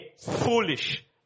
foolish